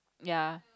ya